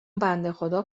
بندهخدا